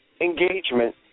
engagement